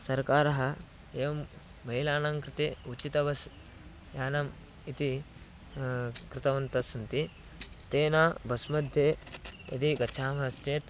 सर्वकारः एवं महिलानां कृते उचितं बस्यानम् इति कृतवन्तस्सन्ति तेन बस्मध्ये यदि गच्छामश्चेत्